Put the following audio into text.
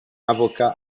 avocat